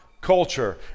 Culture